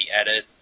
edit